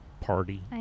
party